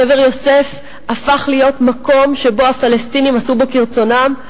קבר יוסף הפך להיות מקום שבו הפלסטינים עשו כרצונם,